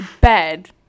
bed